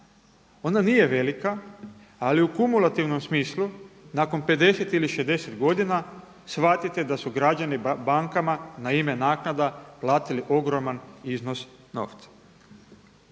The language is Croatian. Ona nije velika ali u kumulativnom smislu nakon 50 ili 60 godina shvatite da su građani bankama na ime naknada platili ogroman iznos novca.